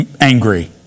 Angry